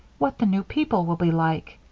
what the new people will be like.